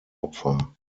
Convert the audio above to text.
opfer